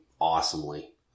Awesomely